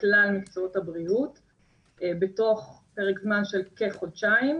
בכלל מקצועות הבריאות בתוך פרק זמן של כחודשיים.